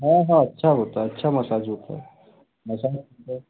हाँ हाँ अच्छा होता है अच्छा मसाज होता है मसाज है